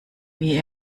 wie